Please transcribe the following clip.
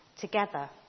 together